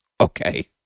Okay